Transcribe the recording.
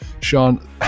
Sean